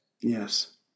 Yes